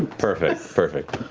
perfect, perfect.